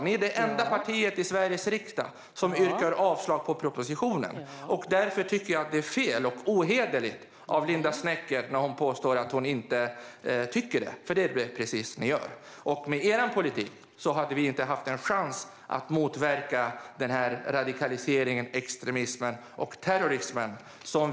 Ni är det enda partiet i Sveriges riksdag som yrkar avslag på propositionen, och därför tycker jag att det är fel och ohederligt av Linda Snecker att påstå att hon inte tycker det, för det är precis det ni gör. Med er politik hade vi inte haft en chans att motverka radikalisering, extremism och terrorism.